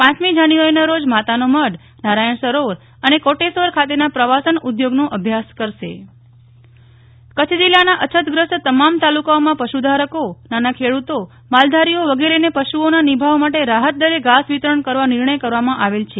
પાંચમી જાન્યુઆરીના રોજ માતાનો મઢનારાયણ સરોવર અને કોટેશ્વર ખાતેના પ્રવાસન ઉદ્યોગનો અભ્યાસ કરશ નેહ્લ ઠક્કર કચ્છ ઘાસ વિતરણ કચ્છ જિલ્લાના અછતગ્રસ્ત તમામ તાલુકાઓમાં પશુધારકો નાના ખેડૂતો માલધારીઓ વગેરેને પશુઓના નિભાવ માટે રાહતદરે ઘાસ વિતરણ કરવા નિર્ણય કરવામાં આવેલ છે